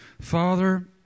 Father